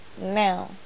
now